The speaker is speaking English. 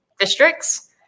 districts